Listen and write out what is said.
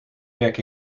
werk